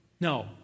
No